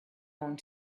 going